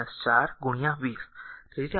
5 4 20